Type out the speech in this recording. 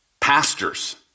Pastors